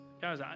Guys